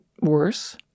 worse